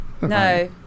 No